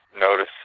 notice